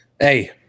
Hey